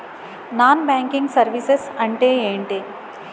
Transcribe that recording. Non banking services అంటే ఎంటి?